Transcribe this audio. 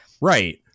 right